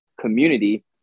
community